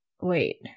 wait